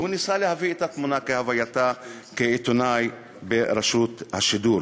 והוא ניסה להביא את התמונה כהווייתה כעיתונאי ברשות השידור.